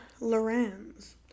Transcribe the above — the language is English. Lorenz